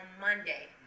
Monday